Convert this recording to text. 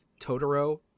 totoro